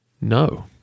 No